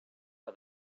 for